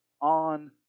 on